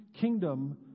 kingdom